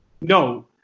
No